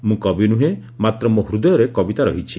ମୁଁ କବି ନୁହେଁ ମାତ୍ର ମୋ ହୃଦୟରେ କବିତା ରହିଛି